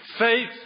Faith